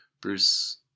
Bruce –